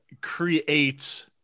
create